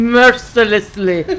mercilessly